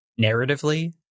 narratively